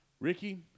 Ricky